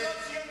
הם לא ציונים.